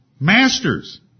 Masters